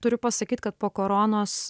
turiu pasakyt kad po karonos